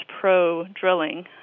pro-drilling